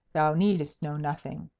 thou needest know nothing.